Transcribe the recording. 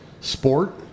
sport